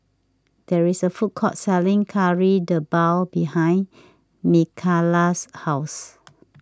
there is a food court selling Kari Debal behind Mikala's house